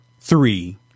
three